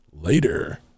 Later